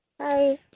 Hi